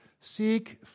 Seek